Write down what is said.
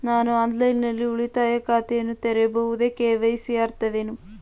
ನಾನು ಆನ್ಲೈನ್ ನಲ್ಲಿ ಉಳಿತಾಯ ಖಾತೆಯನ್ನು ತೆರೆಯಬಹುದೇ? ಕೆ.ವೈ.ಸಿ ಯ ಅರ್ಥವೇನು?